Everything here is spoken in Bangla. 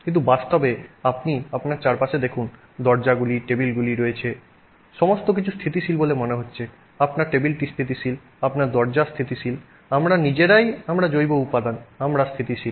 কিন্তু বাস্তবে আপনি আপনার চারপাশে দেখুন দরজাগুলি টেবিলগুলি রয়েছে সমস্ত কিছু স্থিতিশীল বলে মনে হচ্ছে আপনার টেবিলটি স্থিতিশীল আপনার দরজা স্থিতিশীল আমরা নিজেই আমরা জৈব উপাদান আমরা স্থিতিশীল